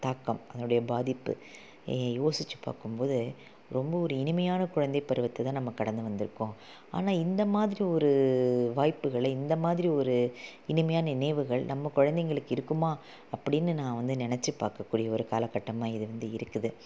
தாக்கம் அதனுடைய பாதிப்பு யோசித்து பார்க்கும்போது ரொம்ப ஒரு இனிமையான குழந்தைப்பருவத்தை தான் நம்ப கடந்து வந்திருக்கோம் ஆனால் இந்தமாதிரி ஒரு வாய்ப்புகளை இந்தமாதிரி ஒரு இனிமையான நினைவுகள் நம்ம குழந்தைகளுக்கு இருக்குமா அப்படின்னு நான் வந்து நினைச்சுப் பார்க்கக்கூடிய ஒரு காலக்கட்டமாக இது வந்து இருக்குது